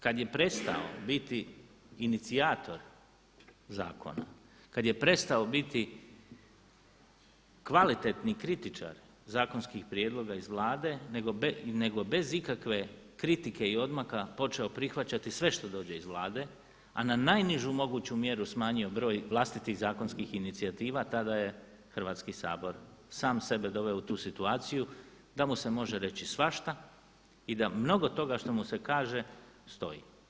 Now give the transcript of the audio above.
Kad je prestao biti inicijator zakona, kad je prestao biti kvalitetni kritičar zakonskih prijedloga iz Vlade nego bez ikakve kritike i odmaka počeo prihvaćati sve što dođe iz Vlade, a na najnižu moguću mjeru smanjio broj vlastitih zakonskih inicijativa tada je Hrvatski sabor sam sebe doveo u tu situaciju da mu se može reći svašta i da mnogo toga što mu se kaže stoji.